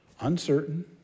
uncertain